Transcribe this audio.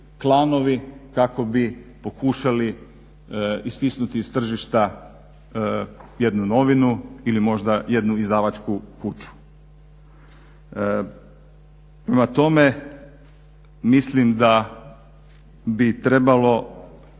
klanovi kako bi pokušali istisnuti iz tržišta jednu novinu ili možda jednu izdavačku kuću. Prema tome, mislim da bi trebalo